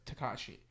Takashi